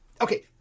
okay